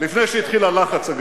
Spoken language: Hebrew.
לפני שהתחיל הלחץ הגדול.